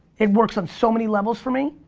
it works on so many levels for me.